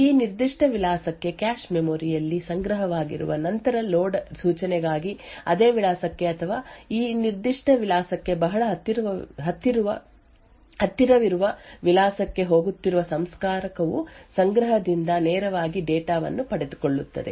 ಈ ನಿರ್ದಿಷ್ಟ ವಿಳಾಸಕ್ಕೆ ಕ್ಯಾಶ್ ಮೆಮೊರಿ ಯಲ್ಲಿ ಸಂಗ್ರಹವಾಗಿರುವ ನಂತರದ ಲೋಡ್ ಸೂಚನೆಗಾಗಿ ಅದೇ ವಿಳಾಸಕ್ಕೆ ಅಥವಾ ಈ ನಿರ್ದಿಷ್ಟ ವಿಳಾಸಕ್ಕೆ ಬಹಳ ಹತ್ತಿರವಿರುವ ವಿಳಾಸಕ್ಕೆ ಹೋಗುತ್ತಿರುವ ಸಂಸ್ಕಾರಕವು ಸಂಗ್ರಹದಿಂದ ನೇರವಾಗಿ ಡೇಟಾ ವನ್ನು ಪಡೆದುಕೊಳ್ಳುತ್ತದೆ